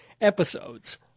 episodes